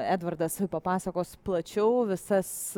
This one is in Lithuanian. edvardas papasakos plačiau visas